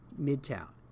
midtown